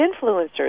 influencers